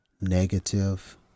negative